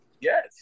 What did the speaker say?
Yes